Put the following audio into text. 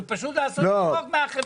זה פשוט לעשות צחוק מהחברה הזו.